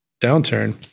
downturn